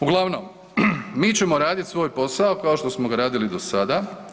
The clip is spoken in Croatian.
Uglavnom mi ćemo raditi svoj posao kao što smo ga radili do sada.